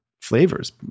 flavors